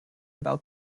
about